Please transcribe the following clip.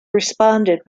responded